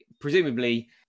presumably